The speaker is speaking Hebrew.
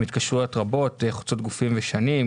עם התקשרויות רבות חוצות גופים ושנים,